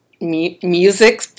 music